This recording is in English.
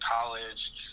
college